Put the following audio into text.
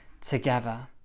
together